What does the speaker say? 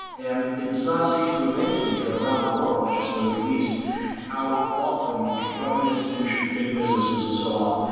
and it does not cease to amaze me that around the world not just in the middle east how often government institutions, big businesses, and so on,